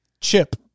chip